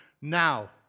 now